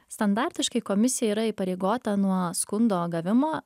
standartiškai komisija yra įpareigota nuo skundo gavimo